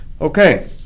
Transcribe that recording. Okay